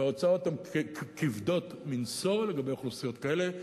ההוצאות הן כבדות מנשוא לגבי אוכלוסיות כאלה,